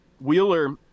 Wheeler